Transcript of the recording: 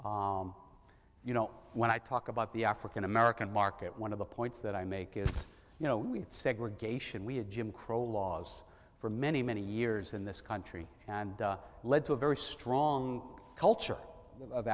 you know when i talk about the african american market one of the points that i make is you know we segregation we had jim crow laws for many many years in this country and led to a very strong culture of